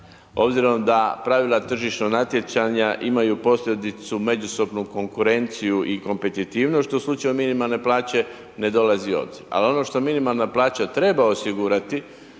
obzirom da pravila tržišnog natjecanja imaju posljedicu međusobnu konkurenciju i kompetitivnost što u slučaju minimalne plaće ne dolazi u obzir. Ali ono što minimalna plaća treba osigurati,